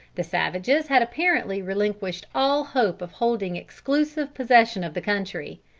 the savages had apparently relinquished all hope of holding exclusive possession of the country.